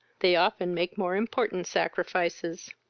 they often make more important sacrifices.